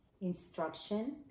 instruction